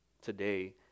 today